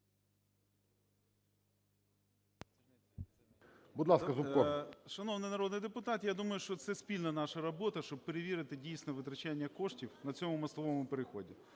ЗУБКО Г.Г. Шановний народний депутат, я думаю, що це спільна наша робота, щоб перевірити дійсно витрачання коштів на цьому мостовому переході.